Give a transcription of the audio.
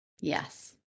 Yes